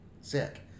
sick